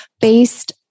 based